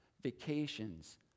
vacations